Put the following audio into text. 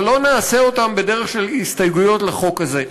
אבל לא נעשה אותם בדרך של הסתייגויות לחוק הזה.